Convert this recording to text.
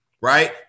Right